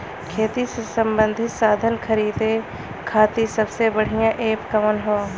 खेती से सबंधित साधन खरीदे खाती सबसे बढ़ियां एप कवन ह?